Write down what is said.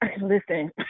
listen